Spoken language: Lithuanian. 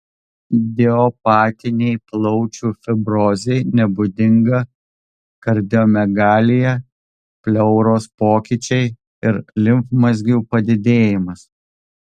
idiopatinei plaučių fibrozei nebūdinga kardiomegalija pleuros pokyčiai ir limfmazgių padidėjimas